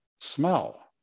smell